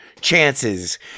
chances